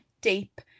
deep